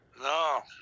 No